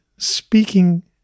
speaking